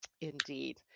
Indeed